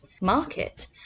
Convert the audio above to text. market